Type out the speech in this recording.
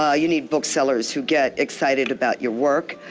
ah you need booksellers who get excited about your work.